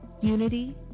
Unity